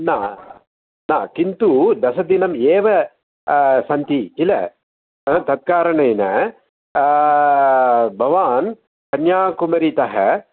न न किन्तु दशदिनम् एव सन्ति किल तत् कारणेन भवान् कन्याकुमारीतः